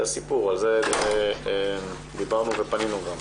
על זה דיברנו וגם פנינו.